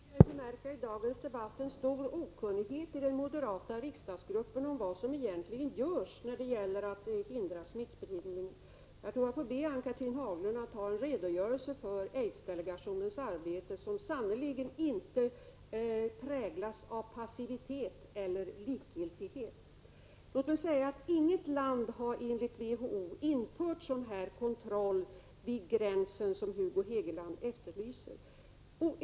Herr talman! Jag tycker mig i dagens debatter om aidsfrågan ha kunnat förmärka en mycket stor okunnighet hos den moderata riksdagsgruppen om vad som egentligen görs när det gäller att hindra smittspridningen. Jag tror att jag får be Ann-Cathrine Haglund att för sina partikolleger redogöra för aidsdelegationens arbete, som sannerligen inte präglas av passivitet eller likgiltighet. Inget land har enligt WHO infört sådan gränskontroll som Hugo Hegeland efterlyser.